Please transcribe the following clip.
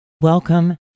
Welcome